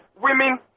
women